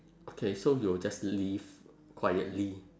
okay so you'll just leave quietly